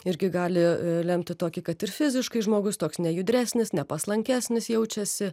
irgi gali lemti tokį kad ir fiziškai žmogus toks nejudresnis nepaslankesnis jaučiasi